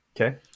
Okay